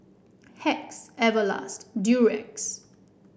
Hacks Everlast and Durex